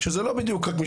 לא כולם,